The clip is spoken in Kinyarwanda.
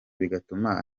bigatuma